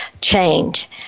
change